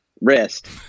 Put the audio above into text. wrist